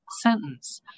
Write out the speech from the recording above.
sentence